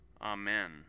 Amen